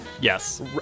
Yes